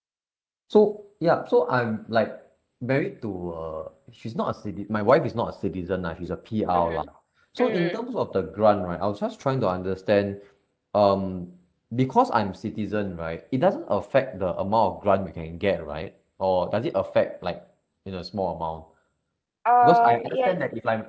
so yup so I'm like married to a she's not a citi~ my wife is not a citizen lah she's a P_R lah so in terms of the grant right I was just trying to understand um because I'm citizen right it doesn't affect the amount of grant we can get right or does it affect like in a small amount because I understand that if I'm